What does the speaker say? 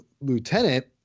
lieutenant